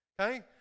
Okay